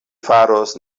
faros